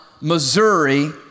Missouri